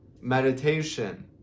meditation